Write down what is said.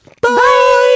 bye